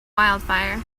wildfire